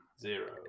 Zero